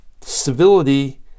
Civility